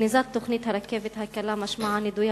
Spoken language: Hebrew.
גניזת תוכנית הרכבת הקלה משמעותה נידוי